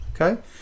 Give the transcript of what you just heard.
Okay